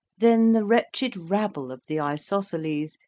then the wretched rabble of the isosceles,